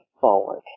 forward